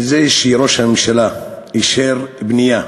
וזה שראש הממשלה אישר בנייה